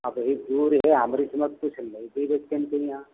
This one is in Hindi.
अभी दूर है हमरे समझ कुछ ले के रख दे यहाँ